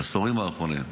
בעשורים האחרונים.